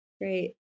Great